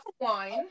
wine